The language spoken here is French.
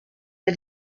des